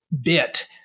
bit